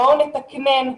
בואו נתקנן,